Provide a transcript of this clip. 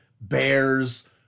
Bears